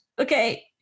Okay